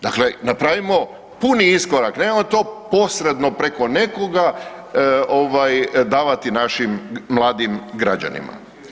Dakle, napravimo puni iskorak nemojmo to posredno preko nekoga ovaj davati našim mladim građanima.